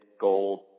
gold